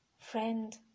friend